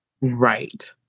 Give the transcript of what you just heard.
Right